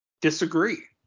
disagree